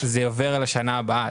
זה עובר לשנה הבאה,